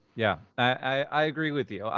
yeah. i agree with you.